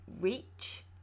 reach